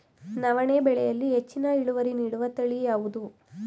ನವಣೆ ಬೆಳೆಯಲ್ಲಿ ಹೆಚ್ಚಿನ ಇಳುವರಿ ನೀಡುವ ತಳಿ ಯಾವುದು?